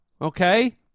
okay